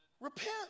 Repent